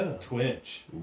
Twitch